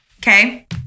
okay